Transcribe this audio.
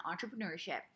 entrepreneurship